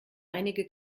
einige